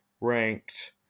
ranked